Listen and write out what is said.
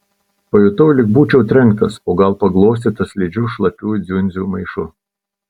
pajutau lyg būčiau trenktas o gal paglostytas slidžiu šlapių dziundzių maišu